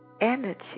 energy